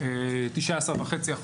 הוא 19.5%,